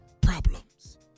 Problems